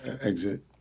exit